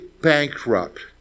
bankrupt